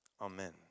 Amen